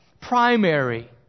primary